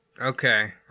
Okay